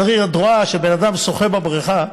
את רואה שבן אדם שוחה בבריכה,